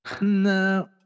no